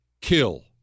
kill